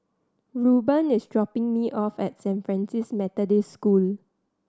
Ruben is dropping me off at Saint Francis Methodist School